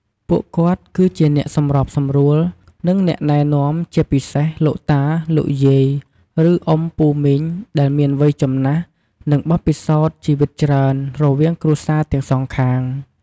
ពួកគាត់ គឹជាអ្នកសម្របសម្រួល និងអ្នកណែនាំ ជាពិសេសលោកតា លោកយាយ ឬអ៊ុំពូមីង ដែលមានវ័យចំណាស់ និងបទពិសោធន៍ជីវិតច្រើន រវាងគ្រួសារទាំងសងខាង។